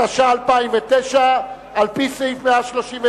התש"ע 2009, על-פי סעיף 132,